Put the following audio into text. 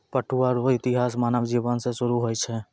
पटुआ रो इतिहास मानव जिवन से सुरु होय छ